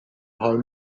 home